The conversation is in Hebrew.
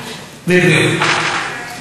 והבריאות.